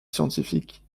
scientifique